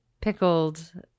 pickled